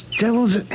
devil's